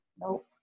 Nope